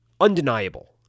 undeniable